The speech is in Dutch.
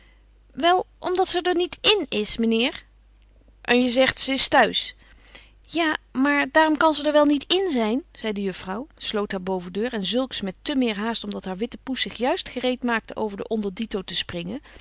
wel omdat ze der niet in is menheer en je zegt ze is thuis ja maar daarom kan ze der wel niet in zijn zei de juffrouw sloot haar bovendeur en zulks met te meer haast omdat haar witte poes zich juist gereed maakte over de onderdito te springen